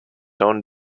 own